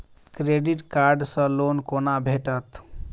Credit card सँ loan कोना भेटत?